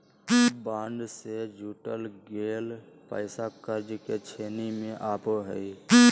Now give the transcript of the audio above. bond से जुटाल गेल पैसा कर्ज के श्रेणी में आवो हइ